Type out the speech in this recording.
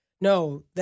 no